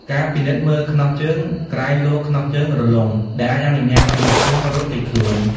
ការពិនិត្យមើលខ្នោះជើង ក្រែងលោខ្នោះជើងរលុង ដែលអាចអនុញ្ញាតឱ្យអ្នកទោសរត់គេចខ្លួន។